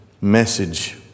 message